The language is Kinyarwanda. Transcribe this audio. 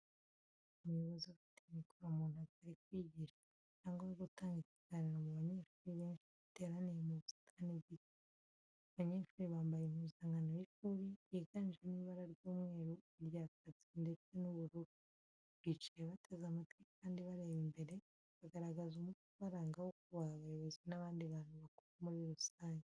Umuyobozi ufite mikoro mu ntoki ari kwigisha, cyangwa gutanga ikiganiro mu banyeshuri benshi bateraniye mu busitani bw'ikigo, Abanyeshuri bambaye impuzankano y’ishuri, yiganjemo ibara ry'umweru, irya kaki ndetse n'ubururu. Bicaye bateze amatwi kandi bareba imbere, bikagaragaza umuco ubaranga wo kubaha abayobozi n’abandi bantu bakuru muri rusange.